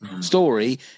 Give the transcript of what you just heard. story